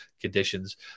conditions